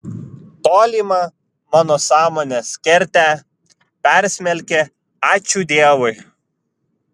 tolimą mano sąmonės kertę persmelkė ačiū dievui